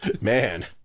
man